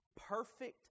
perfect